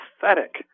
pathetic